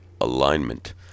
alignment